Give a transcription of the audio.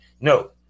no